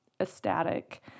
ecstatic